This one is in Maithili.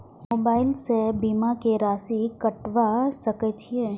मोबाइल से बीमा के राशि कटवा सके छिऐ?